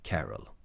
Carol